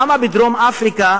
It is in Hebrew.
למה בדרום-אפריקה